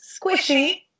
Squishy